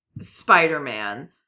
spider-man